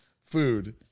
food